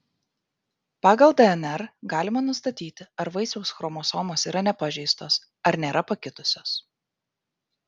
pagal dnr galima nustatyti ar vaisiaus chromosomos yra nepažeistos ar nėra pakitusios